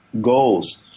goals